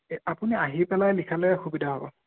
এই আপুনি আহি পেলাই লিখালে সুবিধা হ'ব